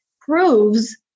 proves